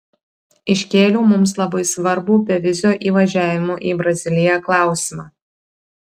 iškėliau mums labai svarbų bevizio įvažiavimo į braziliją klausimą